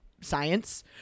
science